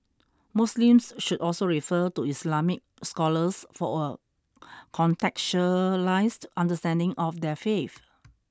Muslims should also refer to Islamic scholars for a contextualised understanding of their faith